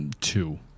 two